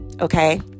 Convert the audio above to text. okay